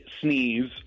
sneeze